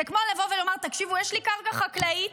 זה כמו לבוא ולומר: תקשיבו, יש לי קרקע חקלאית,